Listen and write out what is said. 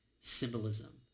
symbolism